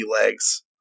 legs